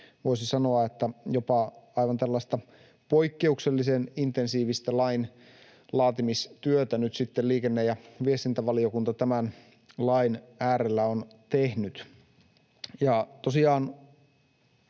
voisi sanoa, että jopa aivan tällaista poikkeuksellisen intensiivistä lainlaatimistyötä nyt sitten liikenne- ja viestintävaliokunta tämän lain äärellä on tehnyt.